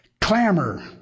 clamor